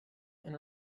and